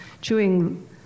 chewing